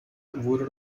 wurde